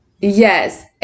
yes